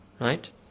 Right